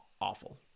awful